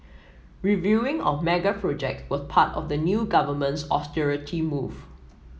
reviewing of mega projects was part of the new government's austerity move